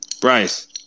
Bryce